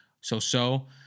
so-so